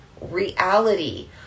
reality